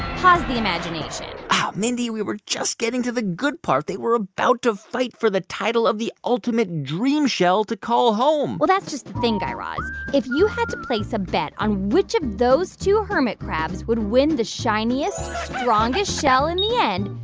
pause the imagination mindy, we were just getting to the good part. they were about to fight for the title of the ultimate dream shell to call home well, that's just thing, guy raz. if you had to place a bet on which of those two hermit crabs would win the shiniest, strongest shell in the end,